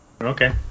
Okay